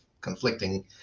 conflicting